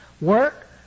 Work